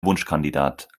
wunschkandidat